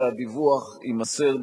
והדיווח יימסר,